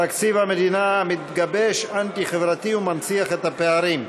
תקציב המדינה המתגבש הוא אנטי-חברתי ומנציח את הפערים.